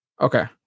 Okay